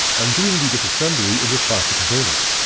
i'm doing the disassembly in this plastic container.